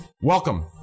welcome